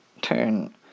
turn